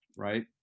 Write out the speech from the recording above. Right